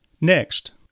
Next